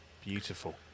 beautiful